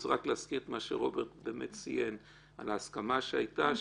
אני רוצה רק להזכיר את מה שרוברט באמת ציין על ההסכמה שהייתה,